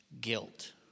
guilt